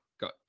got